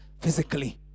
physically